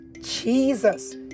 Jesus